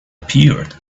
appeared